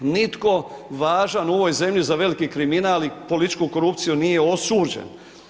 Nitko važan u ovoj zemlji za veliki kriminal i političku korupciju nije osuđen.